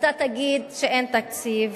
אתה תגיד שאין תקציב,